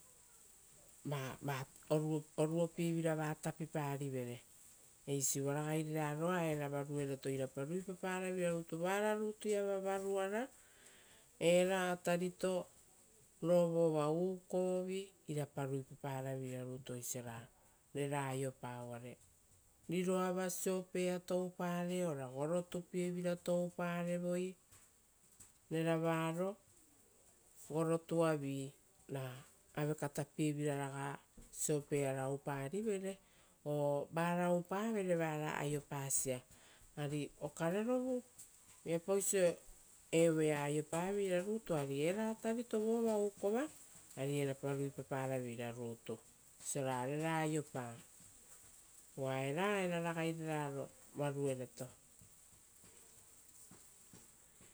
Ma-ma oruopievira va tapiparivere. Eisi uva ragai reraroa era varuereto irapa ruipaparaveira rutu. Vara rutuiava varuara era atarito rovova uukovi irapa ruiparaveira rutu oisiora rera aiopa uvare, riroava siopea toupare ora gorotupievira touparevoi. Reravaro gorotuavi ra avekatapievira raga sopeara oupa rivere or vara oupavere vara aiopasia ari okarerovu viapauso evoea aiopa veira rutu ari era atarito vova uukova ari erapa ruipaparaveira rutu osiora rera aiopa. Uva era era ragai reraro varuereto.